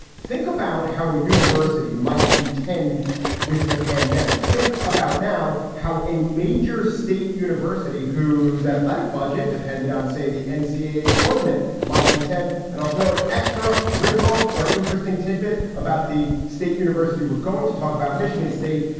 think about how a university might contend with the pandemic. think about now how a major state university whose athletic budget depended on, say, the and ncaa tournament. my content and i'll throw an extra wrinkle or interesting tidbit about the state university. we're going to talk about michigan state.